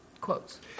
quotes